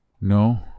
no